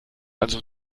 also